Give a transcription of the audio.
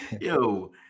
Yo